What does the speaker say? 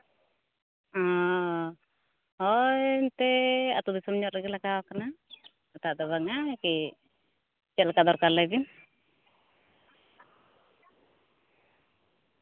ᱚ ᱦᱳᱭ ᱮᱱᱛᱮᱫ ᱟᱹᱛᱩ ᱫᱤᱥᱚᱢ ᱧᱚᱜ ᱨᱮᱜᱮ ᱞᱟᱜᱟᱣᱟᱠᱟᱱᱟ ᱮᱴᱟᱜ ᱫᱚ ᱵᱟᱝᱟ ᱠᱤ ᱪᱮᱫ ᱞᱮᱠᱟ ᱫᱚᱨᱠᱟᱨ ᱞᱟᱹᱭ ᱵᱤᱱ